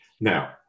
Now